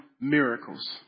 miracles